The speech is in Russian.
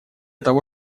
того